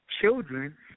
children